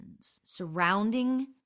surrounding